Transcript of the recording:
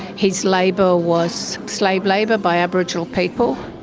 his labour was slave labour by aboriginal people.